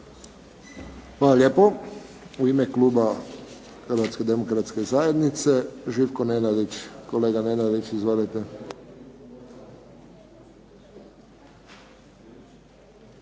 Hvala lijepo. U ime kluba Hrvatske demokratske zajednice Živko Nenadić. Kolega Nenadić, izvolite.